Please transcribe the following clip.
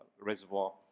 reservoir